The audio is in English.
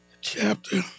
chapter